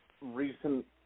recent